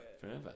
forever